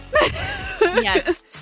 Yes